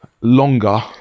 longer